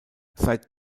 seit